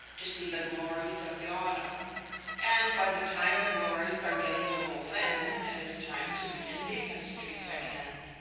to see the glories of the autumn and by the time the glories are getting a little thin it is time to be in beacon street again.